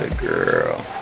girl.